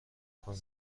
کنی